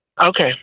Okay